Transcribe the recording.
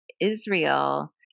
Israel